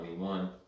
21